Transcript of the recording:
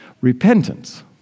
Repentance